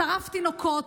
שרף תינוקות,